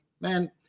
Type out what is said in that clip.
man